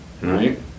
right